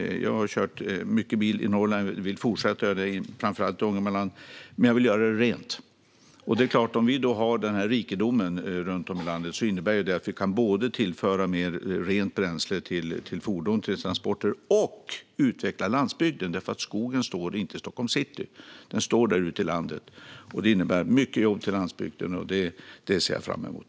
Jag har kört mycket bil i Norrland och vill fortsätta att göra det, framför allt i Ångermanland. Men jag vill göra det rent. Det är klart att med denna rikedom runt om i landet kan vi både tillföra mer rent bränsle till fordon och transporter samtidigt som vi utvecklar landsbygden. Skogen står ju inte i Stockholms city. Den står där ute i landet, och det innebär mycket jobb till landsbygden. Det ser jag fram emot.